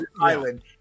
island